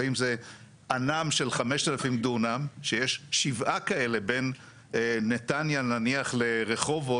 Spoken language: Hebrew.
אנ"מ של 5,000 דונם שיש שבעה כאלה בין נתניה נניח לרחובות.